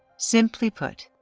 simply put,